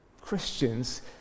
Christians